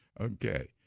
Okay